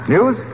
News